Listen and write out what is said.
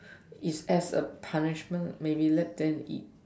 it's as a punishment maybe let them eat